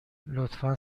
لطفا